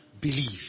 believe